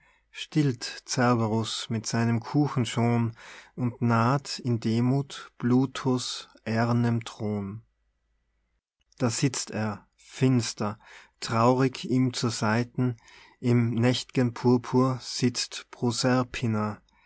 stillt cerberus mit seinem kuchen schon und naht in demuth pluto's eh'rnem thron da sitzt er finster traurig ihm zur seiten im nächt'gen purpur sitzt